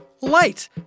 light